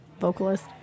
vocalist